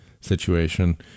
situation